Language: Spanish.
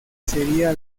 sería